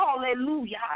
hallelujah